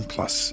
Plus